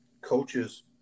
coaches